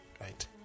right